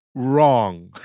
wrong